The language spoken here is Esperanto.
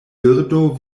birdo